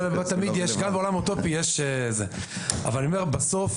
אבל גם בעולם אוטופי יש --- אבל בסוף,